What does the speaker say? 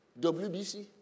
WBC